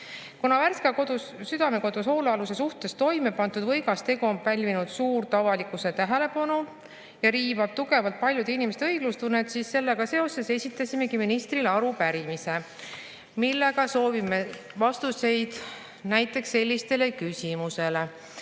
Kuna Värska Südamekodus hoolealuse suhtes toime pandud võigas tegu on pälvinud suurt avalikkuse tähelepanu ja riivab tugevalt paljude inimeste õiglustunnet, siis esitasimegi ministrile arupärimise, millega soovime vastuseid näiteks sellistele küsimustele.